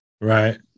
Right